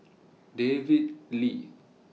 David Lee